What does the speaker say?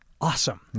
awesome